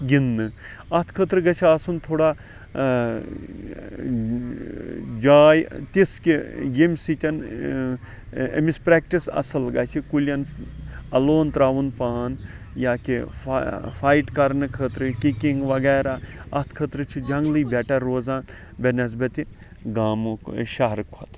گِنٛدنہٕ اتھ خٲطرٕ گَژھِ آسُن ٹھوڑا جاے تِژھ کہِ یمہِ سۭتۍ أمِس پریٚکٹِس اصل گَژھِ کُلٮ۪ن اَلوُنٛد تراوُن پان یا کہِ فایٹ کِرنہٕ خٲطرٕ کِکِنٛگ وَغیرہ اتھ خٲطرٕ چھ جَنٛگلی بیٹَر روزان بنسبَتہٕ گامُک شَہرٕ کھۄتہٕ